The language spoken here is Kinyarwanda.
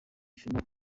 ishema